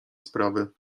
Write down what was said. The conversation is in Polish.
sprawy